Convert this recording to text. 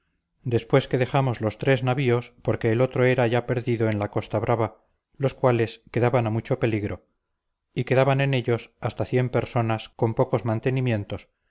después que dejamos los tres navíos porque el otro era ya perdido en la costa brava los cuales quedaban a mucho peligro y quedaban en ellos hasta cien personas con pocos mantenimientos